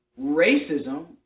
racism